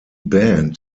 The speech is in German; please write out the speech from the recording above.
band